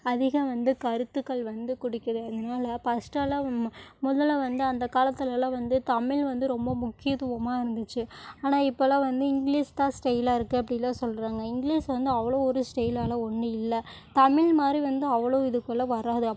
அதிகம் வந்து கருத்துக்கள் வந்து குடுக்குது அதனால் பஸ்ட்டெல்லாம் நம்ம முதல்ல வந்து அந்த காலத்திலலாம் வந்து தமிழ் வந்து ரொம்ப முக்கியத்துவமாக இருந்துச்சு ஆனால் இப்போல்லாம் வந்து இங்கிலீஸ் தான் ஸ்டைலாக இருக்குது அப்படிலாம் சொல்கிறாங்க இங்கிலீஸ் வந்து அவ்வளோ ஒரு ஸ்டைலால் ஒன்றும் இல்லை தமிழ் மாதிரி வந்து அவ்வளோ இது போல் வராது அப்படின்னா